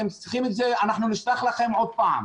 אם אתם צריכים את זה אנחנו נשלח לכם עוד פעם,